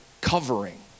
covering